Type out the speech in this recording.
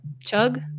chug